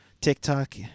tiktok